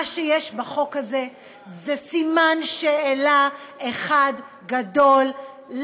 מה שיש בחוק הזה זה סימן שאלה אחד גדול,